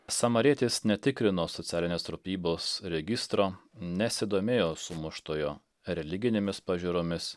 samarietis netikrino socialinės rūpybos registro nesidomėjo sumuštojo religinėmis pažiūromis